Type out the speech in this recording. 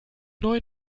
neuen